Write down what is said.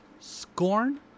Scorn